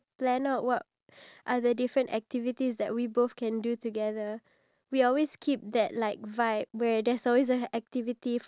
ya so I get the positivity and then I give you the idea and what you do is you multiply the amount of positivity vibe that I get so that